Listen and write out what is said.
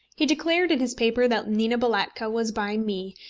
he declared in his paper that nina balatka was by me,